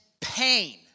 pain